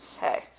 Hey